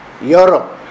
Europe